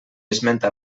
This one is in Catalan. esmenta